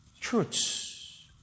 truths